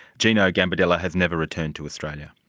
gino gambardella has never returned to australia?